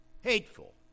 hateful